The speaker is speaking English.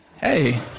Hey